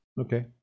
Okay